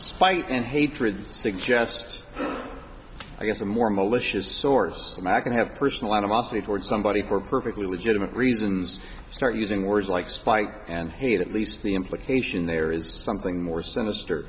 quite an hatred suggest i guess a more malicious source makan have personal animosity toward somebody for perfectly legitimate reasons start using words like spike and hate at least the implication there is something more sinister